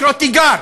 לקרוא תיגר,